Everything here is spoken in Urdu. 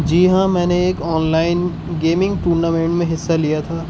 جی ہاں میں نے ایک آن لائن گیمنگ ٹورنامنٹ میں حصہ لیا تھا